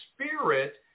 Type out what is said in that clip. spirit